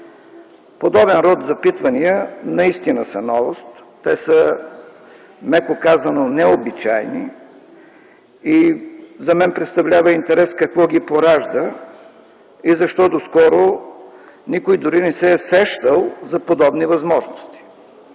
Подобен род запитвания наистина са новост. Те са, меко казано, необичайни и за мен представлява интерес какво ги поражда и защо доскоро никой дори не се е сещал за подобни възможности.